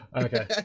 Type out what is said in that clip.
okay